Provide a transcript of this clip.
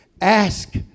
Ask